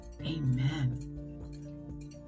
Amen